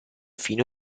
fino